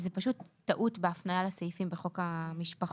זאת פשוט טעות בהפניה לסעיפים בחוק המשפחות